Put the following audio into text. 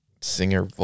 singer